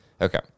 Okay